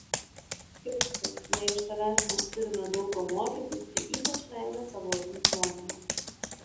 kristau jei iš tavęs mes turime daug ko mokytis tai ypač meilės savosioms motinoms